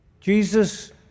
Jesus